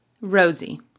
Rosie